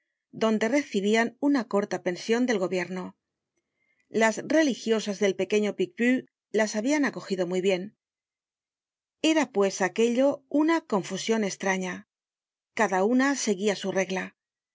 donde recibían una corta pension del gobierno las religiosas del pequeño picpus las habían acogido muy bien era pues aquello una confusion estraña cada una seguía sú regla